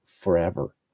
forever